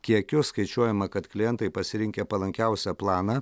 kiekius skaičiuojama kad klientai pasirinkę palankiausią planą